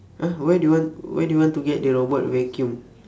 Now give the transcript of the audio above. !huh! why do you want where do you want to get the robot vacuum